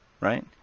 right